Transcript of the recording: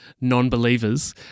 non-believers